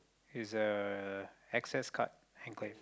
is a access card and claim